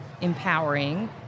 empowering